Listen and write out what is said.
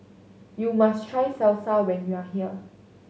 you must try Salsa when you are here